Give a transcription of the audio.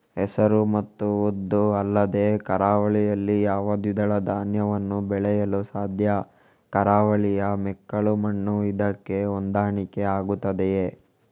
ಹೆಸರು ಮತ್ತು ಉದ್ದು ಅಲ್ಲದೆ ಕರಾವಳಿಯಲ್ಲಿ ಯಾವ ದ್ವಿದಳ ಧಾನ್ಯವನ್ನು ಬೆಳೆಯಲು ಸಾಧ್ಯ? ಕರಾವಳಿಯ ಮೆಕ್ಕಲು ಮಣ್ಣು ಇದಕ್ಕೆ ಹೊಂದಾಣಿಕೆ ಆಗುತ್ತದೆಯೇ?